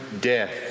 death